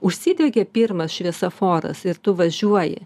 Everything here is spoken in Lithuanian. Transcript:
užsidegė pirmas šviesoforas ir tu važiuoji